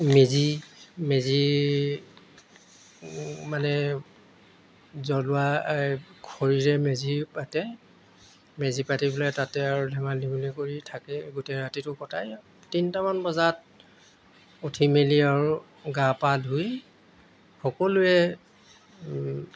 মেজি মেজি মানে জলুৱা খৰিৰে মেজি পাতে মেজি পাতি পেলাই তাতে আৰু ধেমালি ধেমালি কৰি থাকে গোটেই ৰাতিটো কটাই তিনিটামান বজাত উঠি মেলি আৰু গা পা ধুই সকলোৱে